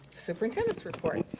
superintendent's report.